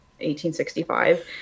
1865